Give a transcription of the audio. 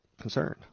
concerned